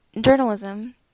journalism